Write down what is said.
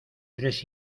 tres